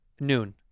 Noon